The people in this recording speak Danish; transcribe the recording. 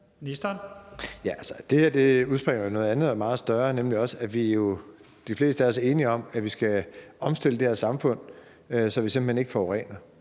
det her udspringer jo af noget andet og meget større, nemlig at de fleste af os også er enige om, at vi skal omstille det her samfund, så vi simpelt hen ikke forurener,